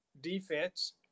defense